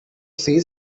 see